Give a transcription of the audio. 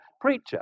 preacher